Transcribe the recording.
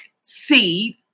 seed